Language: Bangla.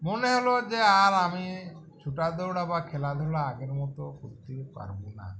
মনে হল যে আর আমি ছুটা দৌড়া বা খেলাধুলা আগের মতো করতে পারবো না